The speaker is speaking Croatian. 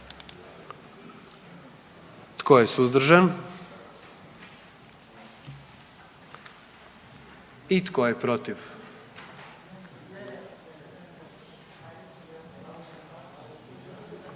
Tko je suzdržan? I tko je protiv?